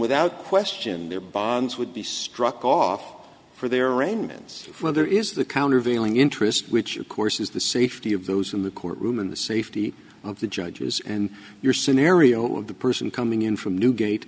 without question their bonds would be struck off for their arraignments for there is the countervailing interest which of course is the safety of those in the courtroom and the safety of the judges and your scenario of the person coming in from newgate